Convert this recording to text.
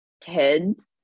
kids